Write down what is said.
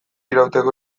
irauteko